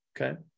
okay